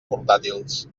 portàtils